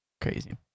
Crazy